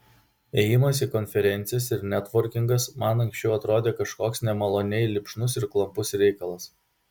ėjimas į konferencijas ir netvorkingas man anksčiau atrodė kažkoks nemaloniai lipšnus ir klampus reikalas